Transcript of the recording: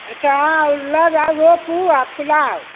एतऽ आउ लऽ जाउ रोपू आ फूलाउ